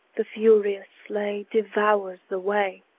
the furious sleigh devours the way,